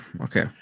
okay